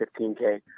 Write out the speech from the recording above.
15K